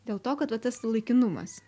dėl to kad va tas laikinumas